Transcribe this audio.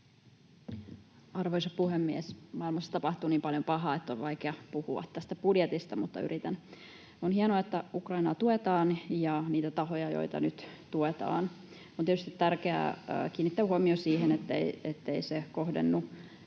Arvoisa puhemies! Maailmassa tapahtuu niin paljon pahaa, että on vaikea puhua tästä budjetista, mutta yritän. On hienoa, että tuetaan Ukrainaa ja niitä tahoja, joita nyt tuetaan. On tietysti tärkeää kiinnittää huomio siihen, ettei se kohdennu